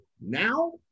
now